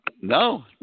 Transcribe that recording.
No